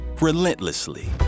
relentlessly